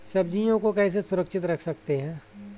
सब्जियों को कैसे सुरक्षित रख सकते हैं?